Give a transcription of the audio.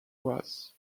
was